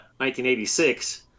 1986